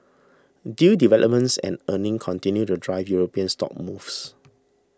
deal developments and earnings continued to drive European stock moves